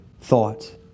thoughts